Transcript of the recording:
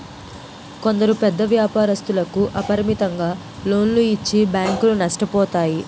కొందరు పెద్ద వ్యాపారస్తులకు అపరిమితంగా లోన్లు ఇచ్చి బ్యాంకులు నష్టపోతాయి